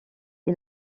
est